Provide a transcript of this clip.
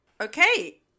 Okay